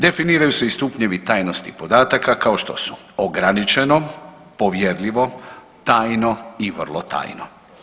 Definiraju se i stupnjevi tajnosti podataka kao što su ograničeno, povjerljivo, tajno i vrlo tajno.